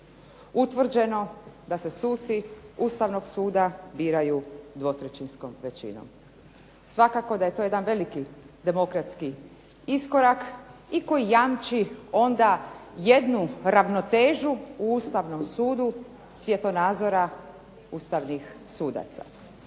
utvrđeno da se suci Ustavnog suda biraju 2/3 većinom. Svakako da je to jedan veliki demokratski iskorak i koji jamči onda jednu ravnotežu u Ustavnom sudu svjetonazora ustavnih sudaca.